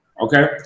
okay